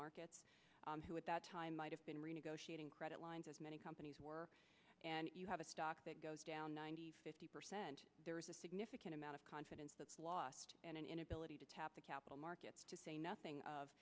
markets who at that time might have been renegotiating credit lines as many companies were and you have a stock that goes down ninety fifty percent there is a significant amount of confidence that's lost and an inability to tap the capital markets to say nothing of